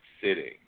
sitting